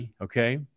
Okay